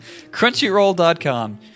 Crunchyroll.com